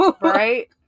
Right